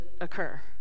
occur